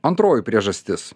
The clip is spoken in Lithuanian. antroji priežastis